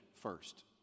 first